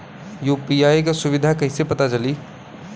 UPI क सुविधा कैसे पता चली?